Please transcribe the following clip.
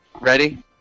Ready